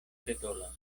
petolas